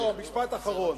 משפט אחרון.